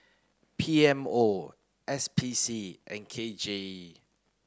P M O S P C and K J E